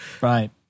Right